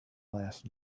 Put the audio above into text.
last